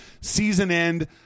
season-end